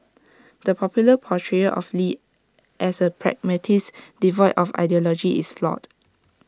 the popular portrayal of lee as A pragmatist devoid of ideology is flawed